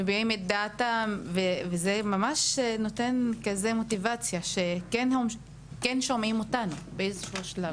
מביאים את דעתם וזה ממש נותן מוטיבציה שכן שומעים אותנו באיזשהו שלב.